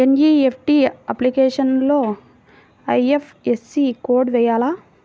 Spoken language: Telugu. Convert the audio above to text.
ఎన్.ఈ.ఎఫ్.టీ అప్లికేషన్లో ఐ.ఎఫ్.ఎస్.సి కోడ్ వేయాలా?